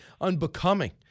unbecoming